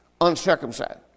uncircumcised